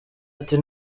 ati